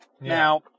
Now